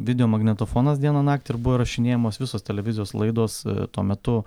videomagnetofonas dieną naktį ir buvo įrašinėjamos visos televizijos laidos tuo metu